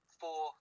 four